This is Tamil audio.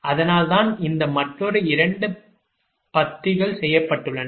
அதனால் தான் இந்த மற்றொரு 2 பத்திகள் செய்யப்பட்டுள்ளன